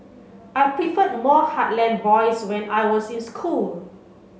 I preferred more heartland boys when I was in school